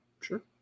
Sure